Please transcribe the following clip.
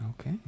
okay